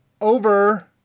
over